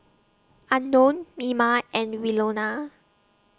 Unknown Mima and Winona